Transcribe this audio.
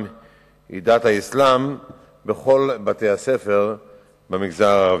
היא דת האסלאם בכל בתי-הספר במגזר הערבי,